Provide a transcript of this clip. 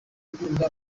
gukunda